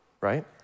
right